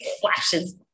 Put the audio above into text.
flashes